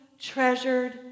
treasured